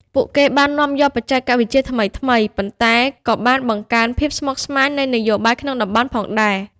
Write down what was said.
ពួកគេបាននាំយកបច្ចេកវិទ្យាថ្មីៗ ប៉ុន្តែក៏បានបង្កើនភាពស្មុគស្មាញនៃនយោបាយក្នុងតំបន់ផងដែរ។